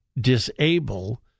disable